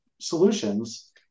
solutions